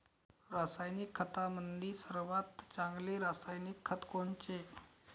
रासायनिक खतामंदी सर्वात चांगले रासायनिक खत कोनचे?